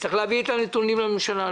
להביא את הנתונים לממשלה.